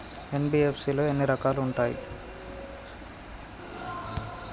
NBFC లో ఎన్ని రకాలు ఉంటాయి?